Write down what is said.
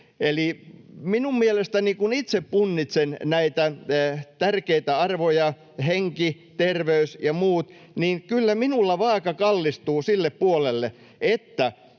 erittäin korkea. Kun itse punnitsen näitä tärkeitä arvoja, henki, terveys ja muut, niin kyllä minulla vaaka kallistuu sille puolelle, että